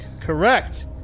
Correct